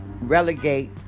relegate